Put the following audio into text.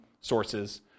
sources